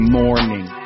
morning